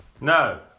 No